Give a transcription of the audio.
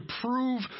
prove